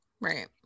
Right